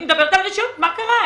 מה קרה?